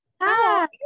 Hi